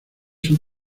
son